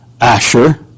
Asher